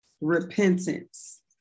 Repentance